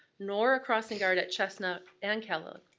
nor a crossing guard at chestnut and kellogg,